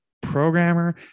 programmer